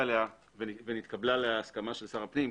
עליה ונתקבלה עליה הסכמה של שר הפנים.